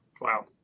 Wow